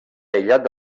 aïllat